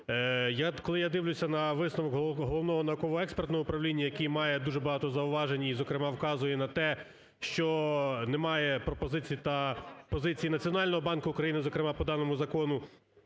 коли я дивлюся на висновок Головного науково-експертного управління, який має дуже багато зауважень і, зокрема, вказує на те, що немає пропозицій та позицій Національного банку України, зокрема, по даному закону,